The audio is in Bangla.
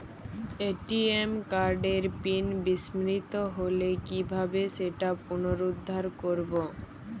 এ.টি.এম কার্ডের পিন বিস্মৃত হলে কীভাবে সেটা পুনরূদ্ধার করব?